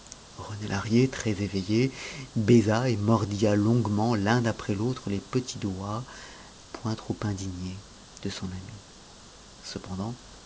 rené lahrier très éveillé baisa et mordilla longuement l'un après l'autre les petits doigts point trop indignés de son amie cependant